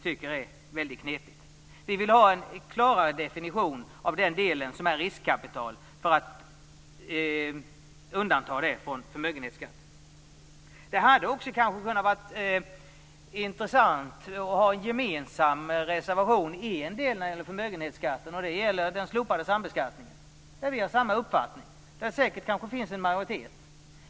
Det är knepigt. Vi vill ha en klarare definition av den del som är riskkapital för att kunna undanta det från förmögenhetsskatt. Det hade varit intressant att ha en gemensam reservation om en del av förmögenhetsskatten, nämligen den slopade sambeskattningen. Vi har samma uppfattning. Det finns säkert en majoritet.